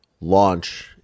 launch